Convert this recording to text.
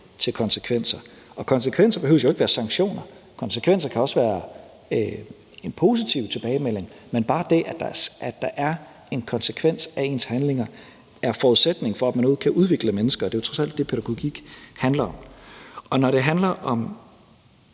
til konsekvenser. Og konsekvenser behøver ikke at være sanktioner. Konsekvenser kan også være en positiv tilbagemelding. Men bare det, at der er en konsekvens af ens handlinger, er forudsætningen for, at man overhovedet kan udvikle mennesker, og det er jo trods alt det, pædagogik handler om. Når det handler om